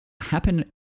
happen